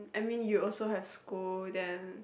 I mean you also have school then